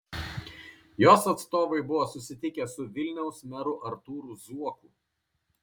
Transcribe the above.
jos atstovai buvo susitikę su vilniaus meru artūru zuoku